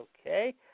Okay